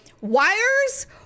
wires